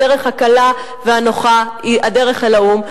הדרך הקלה והנוחה היא הדרך אל האו"ם.